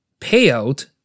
payout